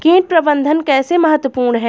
कीट प्रबंधन कैसे महत्वपूर्ण है?